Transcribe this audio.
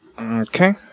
Okay